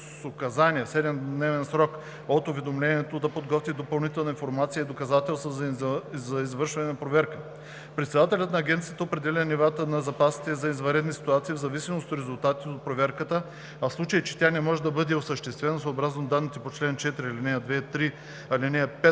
с указание в 7-дневен срок от уведомяването да подготви допълнителна информация и доказателства за извършване на проверка. Председателят на агенцията определя нивата на запасите за извънредни ситуации в зависимост от резултатите от проверката, а в случай че тя не може да бъде осъществена – съобразно данните по чл. 4, ал. 2, 3, ал. 5,